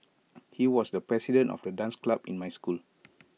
he was the president of the dance club in my school